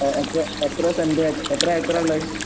എത്ര എത്ര സെന്റാണ് എത്ര ഏക്കറാണ് ഉള്ളത്